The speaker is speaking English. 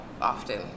often